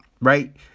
right